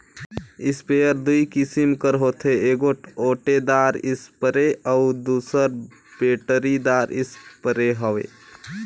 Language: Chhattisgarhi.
इस्पेयर दूई किसिम कर होथे एगोट ओटेदार इस्परे अउ दूसर बेटरीदार इस्परे हवे